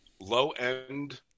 low-end